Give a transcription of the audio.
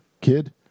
kid